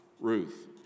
Ruth